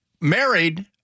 married